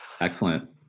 Excellent